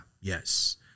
Yes